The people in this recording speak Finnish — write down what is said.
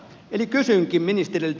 kysynkin ministeriltä